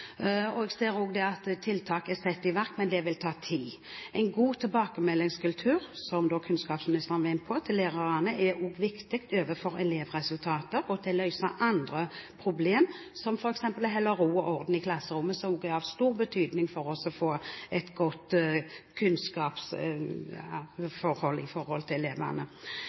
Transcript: Jeg ser også at tiltak er satt i verk, men det vil ta tid. Som kunnskapsministeren var inne på, er en god tilbakemeldingskultur overfor lærere også viktig for elevresultater og til å løse andre problemer, som f.eks. å holde ro og orden i klasserommet, noe som er av stor betydning for å få et godt